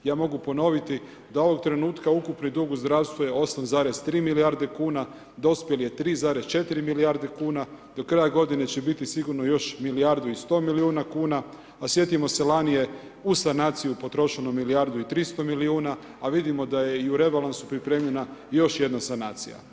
Ja mogu ponoviti da ovog trenutka ukupni dug u zdravstvu je 8,3 milijarde kuna, dospjeli je 3,4 milijarde kuna, do kraj godine će biti sigurno još milijardu i 100 milijuna kuna a sjetimo se, lani je uz sanaciju potrošeno milijardu i 300 milijuna a vidimo da je i u rebalansu pripremljena još jedna sanacija.